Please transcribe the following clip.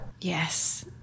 Yes